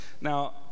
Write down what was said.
Now